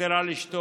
ויתר על אשתו,